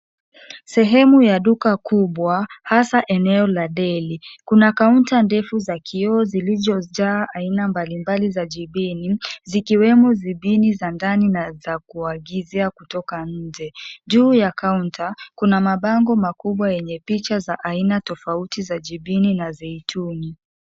Sehemu ya duka kubwa hasa eneo la Deli kuna kaunta defu za kioo zilizojaa aina mbali mbali za jibini zikiwemo zibini za ndani na za kuagizia kutoka nje .Juu ya kaunta kuna mabango makubwa yenye picha za aina tofauti za jibini na zaituni.